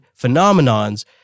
phenomenons